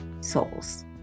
souls